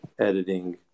editing